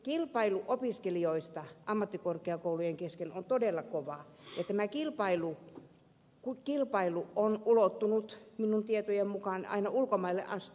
kilpailu opiskelijoista ammattikorkeakoulujen kesken on todella kovaa ja tämä kilpailu on ulottunut minun tietojeni mukaan aina ulkomaille asti